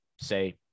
say